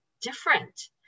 Different